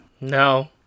No